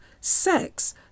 sex